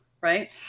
right